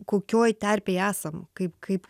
kokioj terpėj esam kaip kaip